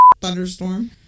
thunderstorm